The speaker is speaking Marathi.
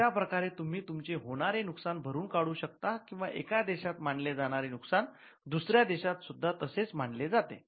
अश्या प्रकारे तुम्ही तुमचे होणारे नुकसान भरून काढू शकतात किंवा एका देशात मानले जाणारे नुकसान दुसऱ्या देशात सुद्धा तसेच मानले जाते